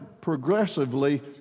progressively